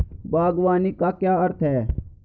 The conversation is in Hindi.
बागवानी का क्या अर्थ है?